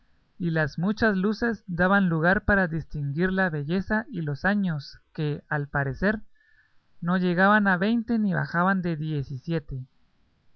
y las muchas luces daban lugar para distinguir la belleza y los años que al parecer no llegaban a veinte ni bajaban de